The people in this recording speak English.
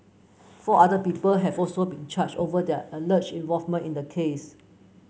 four other people have also been charged over their alleged involvement in the case